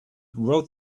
wrote